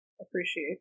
appreciate